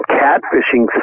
catfishing